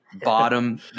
bottom